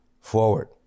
forward